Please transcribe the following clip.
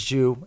Jew